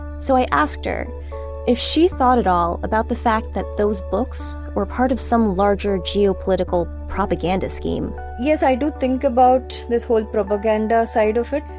so i asked her if she thought at all about the fact that those books were part of some larger geopolitical propaganda scheme? yes, i do think about this whole propaganda side of it,